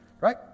right